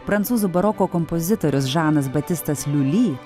prancūzų baroko kompozitorius žanas batistas liuli